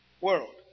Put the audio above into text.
world